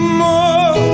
more